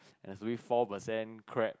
there's only four percent crack